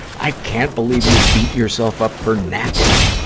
i can't believe you beat yourself up for napping.